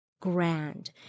grand